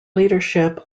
leadership